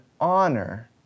honor